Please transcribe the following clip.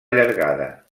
allargada